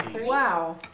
Wow